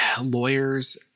lawyers